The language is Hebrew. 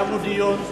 קיימנו דיון,